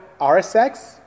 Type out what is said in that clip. RSX